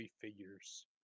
figures